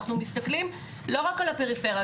אנחנו מסתכלים לא רק על הפריפריה,